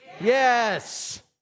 Yes